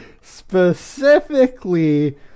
Specifically